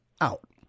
out